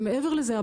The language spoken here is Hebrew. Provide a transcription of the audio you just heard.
ומעבר לזה,